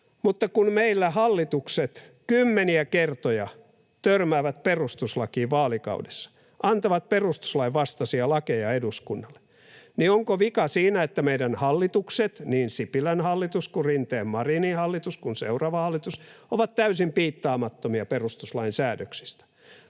Mutta kun meillä hallitukset kymmeniä kertoja vaalikaudessa törmäävät perustuslakiin, antavat perustuslain vastaisia lakeja eduskunnalle, niin onko vika siinä, että meidän hallitukset, niin Sipilän hallitus kuin Rinteen—Marinin hallitus kuin seuraava hallitus, ovat täysin piittaamattomia perustuslain säädöksistä?